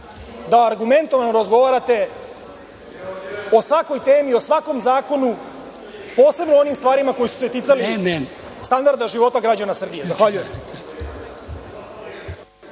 da argumentovano razgovarate o svakoj temi, o svakom zakonu, posebno o onim stvarima koje su se ticale standarda života građana Srbije. Hvala.(Milan